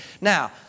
Now